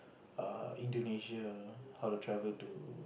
err Indonesia how to travel to